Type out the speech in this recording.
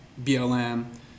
BLM